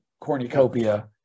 cornucopia